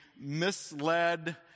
misled